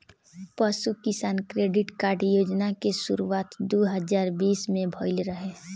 पशु किसान credit card योजना के शुरुआत दू हज़ार बीस में भइल रहे